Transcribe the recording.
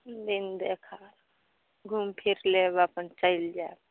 दिन देखार घुमिफिरि लेब अपन चलि जाएब